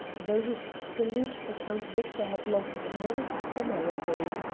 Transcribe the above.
though his salute for count victor had lost none of its formality.